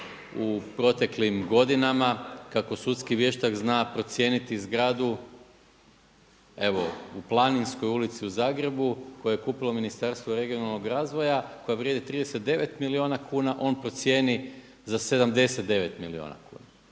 u proteklim godinama kako sudski vještak zna procijeniti zgradu evo u Planinskoj ulicu u Zagrebu koje je kupilo Ministarstvo regionalnog razvoja koja vrijedi 39 milijuna kuna. On procijeni za 79 milijuna kuna.